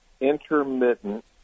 intermittent